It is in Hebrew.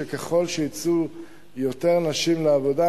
שככל שיצאו יותר נשים לעבודה,